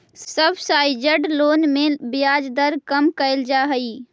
subsidised loan में ब्याज दर कम कैल जा हइ